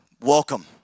welcome